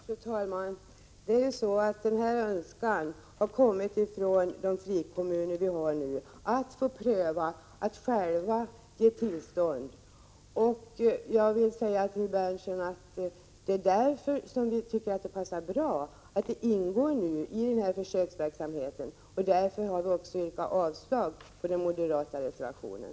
Fru talman! Begäran att få pröva att själva ge tillstånd har kommit från de frikommuner som finns nu. Jag vill säga till Nils Berndtson att det är därför som vi tycker att det passar bra att detta ingår i den pågående försöksverksamheten, och det är också därför vi har yrkat avslag på den moderata reservationen.